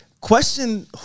question